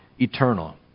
eternal